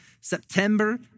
September